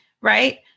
right